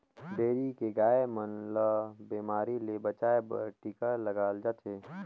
dairy के गाय मन ल बेमारी ले बचाये बर टिका लगाल जाथे